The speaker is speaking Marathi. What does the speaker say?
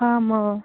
हां मग